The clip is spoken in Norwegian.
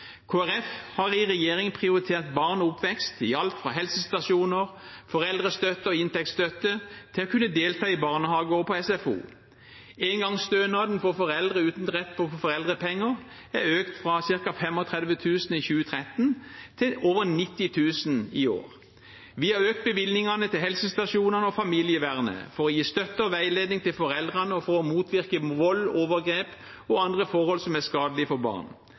har i regjering prioritert barn og oppvekst i alt fra helsestasjoner, foreldrestøtte og inntektsstøtte til å kunne delta i barnehage og SFO. Engangsstønaden for foreldre uten rett til foreldrepenger er økt fra ca. 35 000 kr i 2013 til over 90 000 kr i år. Vi har økt bevilgningene til helsestasjonene og familievernet for å gi støtte og veiledning til foreldrene og for å motvirke vold, overgrep og andre forhold som er skadelige for barn.